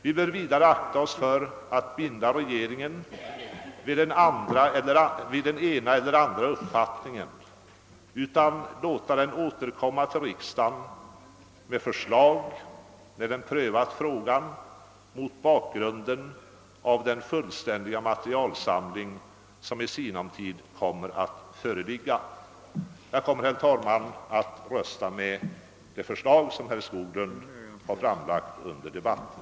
Vi bör vidare akta oss för att binda regeringen vid den ena eller andra uppfattningen, utan vi bör låta den återkomma till riksdagen med förslag när den prövat frågan mot bakgrunden av den fullständiga materialsamling som i sinom tid kommer att föreligga. Jag kommer, herr talman, att rösta för det förslag som herr Skoglund har framlagt under debatten.